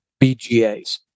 BGAs